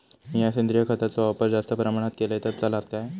मीया सेंद्रिय खताचो वापर जास्त प्रमाणात केलय तर चलात काय?